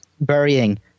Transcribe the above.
burying